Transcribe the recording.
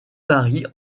varient